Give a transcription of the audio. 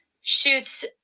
shoots